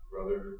brother